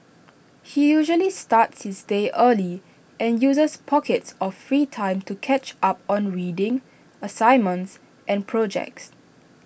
he usually starts his day early and uses pockets of free time to catch up on reading assignments and projects